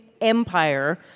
empire